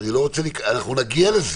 אנחנו נגיע לזה.